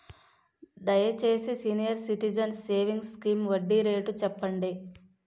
దయచేసి senior citizens savings scheme వడ్డీ రేటు చెప్పండి